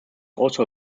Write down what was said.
also